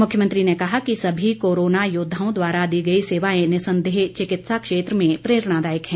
मुख्यमंत्री ने कहा कि सभी कोरोना योद्वाओं द्वारा दी गई सेवाएं निःसन्देह चिकित्सा क्षेत्र में प्रेरणादायक हैं